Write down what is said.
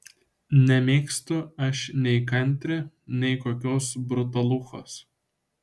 nemėgstu aš nei kantri nei kokios brutaluchos